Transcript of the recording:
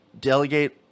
delegate